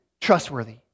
trustworthy